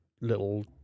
little